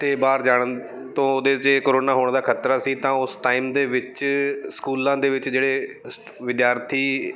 ਅਤੇ ਬਾਹਰ ਜਾਣ ਤੋਂ ਉਹਦੇ 'ਚ ਕਰੋਨਾ ਹੋਣ ਦਾ ਖਤਰਾ ਸੀ ਤਾਂ ਉਸ ਟਾਈਮ ਦੇ ਵਿੱਚ ਸਕੂਲਾਂ ਦੇ ਵਿੱਚ ਜਿਹੜੇ ਸਟ ਵਿਦਿਆਰਥੀ